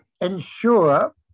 ensure